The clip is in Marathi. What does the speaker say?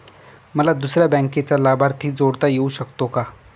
मला दुसऱ्या बँकेचा लाभार्थी जोडता येऊ शकतो का?